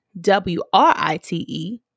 W-R-I-T-E